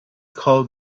call